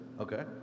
okay